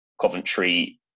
Coventry